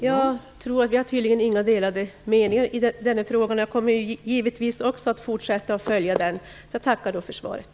Fru talman! Jag tror inte att vi har delade meningar i den här frågan. Jag kommer givetvis också att fortsätta följa den. Jag tackar för svaret.